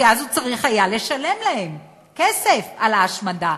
כי אז הוא צריך היה לשלם להם כסף על ההשמדה.